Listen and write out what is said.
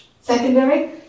secondary